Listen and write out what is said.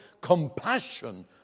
compassion